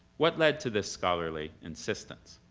what led to this scholarly insistence?